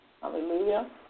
Hallelujah